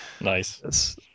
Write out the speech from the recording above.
Nice